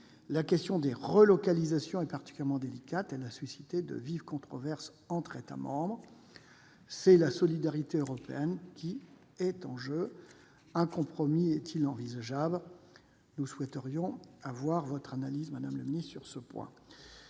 La question des relocalisations est particulièrement délicate. Elle a suscité de vives controverses entre États membres. C'est la solidarité européenne qui est en jeu. Un compromis est-il envisageable ? Nous souhaiterions connaître votre analyse sur ce point,